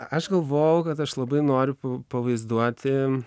aš galvojau kad aš labiau noriu pavaizduoti